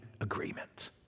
agreement